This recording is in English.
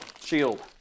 Shield